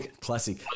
classic